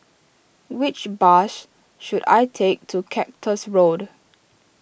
which bus should I take to Cactus Road